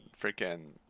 freaking